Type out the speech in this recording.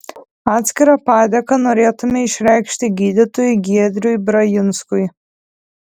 atskirą padėką norėtume išreikšti gydytojui giedriui brajinskui